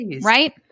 Right